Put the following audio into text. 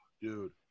Dude